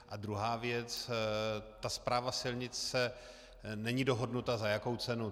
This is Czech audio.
A druhá věc, ta správa silnic není dohodnuta, za jakou cenu.